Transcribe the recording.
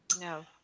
No